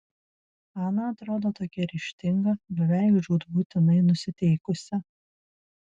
ana atrodo tokia ryžtinga beveik žūtbūtinai nusiteikusi